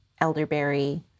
elderberry